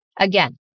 Again